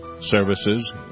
services